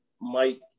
Mike